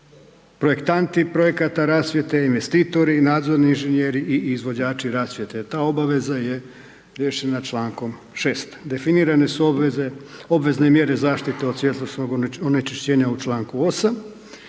projektanti projekata rasvjete, investitori, nadzorni inženjeri i izvođači rasvjete. Ta obaveza je riješena čl. 6. Definirane su obvezne mjere zaštite od svjetlosnog onečišćenja u čl. 8.